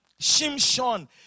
Shimshon